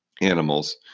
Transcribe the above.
animals